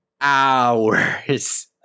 hours